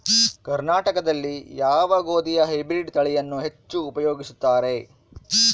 ಕರ್ನಾಟಕದಲ್ಲಿ ಯಾವ ಗೋಧಿಯ ಹೈಬ್ರಿಡ್ ತಳಿಯನ್ನು ಹೆಚ್ಚು ಉಪಯೋಗಿಸುತ್ತಾರೆ?